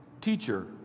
Teacher